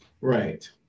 Right